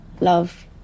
love